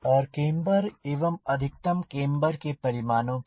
और केम्बर एवं अधिकतम केम्बर के परिमाणों की